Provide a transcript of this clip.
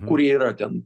kurie yra ten